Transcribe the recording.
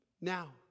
Now